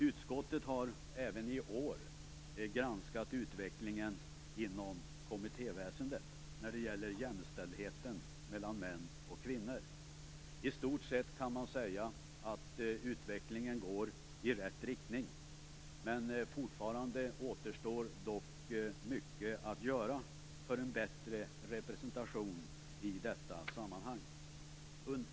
Utskottet har även i år granskat utvecklingen inom kommittéväsendet när det gäller jämställdheten mellan män och kvinnor. I stort sett kan man säga att utvecklingen går i rätt riktning, men fortfarande återstår dock mycket att göra för en bättre representation i detta sammanhang.